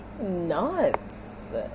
nuts